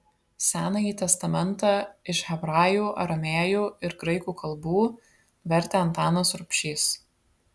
senąjį testamentą iš hebrajų aramėjų ir graikų kalbų vertė antanas rubšys